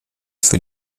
für